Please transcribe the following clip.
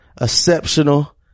exceptional